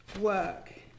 work